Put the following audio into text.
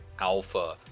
alpha